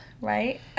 right